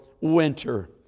winter